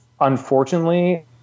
Unfortunately